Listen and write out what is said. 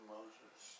Moses